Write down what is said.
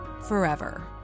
forever